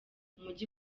umujyi